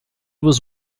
was